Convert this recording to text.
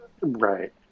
Right